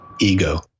ego